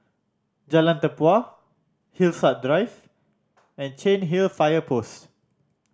Jalan Tempua Hillside Drive and Cairnhill Fire Post